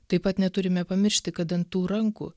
taip pat neturime pamiršti kad dantų rankų